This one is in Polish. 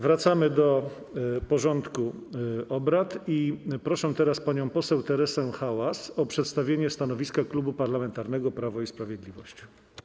Wracamy do porządku obrad i proszę teraz panią poseł Teresę Hałas o przedstawienie stanowiska Klubu Parlamentarnego Prawo i Sprawiedliwość.